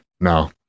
No